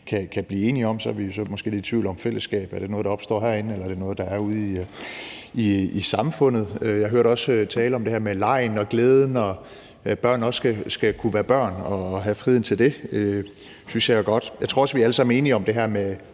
kan blive enige om. Så er vi så måske lidt i tvivl om, om fællesskab er noget, der opstår herinde, eller om det er noget, der er ude i samfundet. Jeg hørte også tale om det her med legen og glæden, og at børn også skal kunne være børn og have friheden til det – det synes jeg er godt. Jeg tror også, at vi alle sammen er enige om det her med